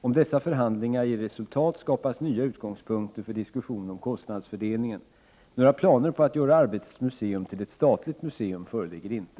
Om dessa förhandlingar ger resultat skapas nya utgångspunkter för diskussion om kostnadsfördelningen. Några planer på att göra Arbetets museum till ett statligt museum föreligger inte.